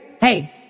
hey